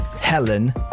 Helen